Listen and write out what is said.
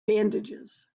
bandages